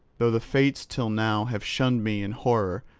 though the fates till now have shunned me in horror,